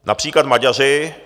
Například Maďaři...